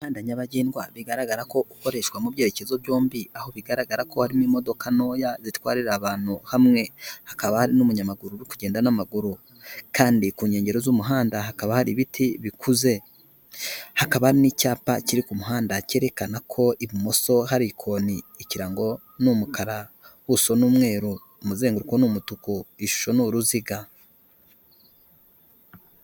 Umuhanda nyabagendwa bigaragara ko ukoreshwa mu byerekezo byombi aho bigaragara ko harimo imodoka ntoya zitwarira abantu hamwe hakaba hari n'umunyamaguru kugenda n'amaguru kandi ku nkengero z'umuhanda hakaba hari ibiti bikuze hakaba n'icyapa kiri ku muhanda cyerekana ko ibumoso hari koni ikirango n' umukara woso n'umweru umuzenguko n umutuku bisho ni uruziga